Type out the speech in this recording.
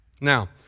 Now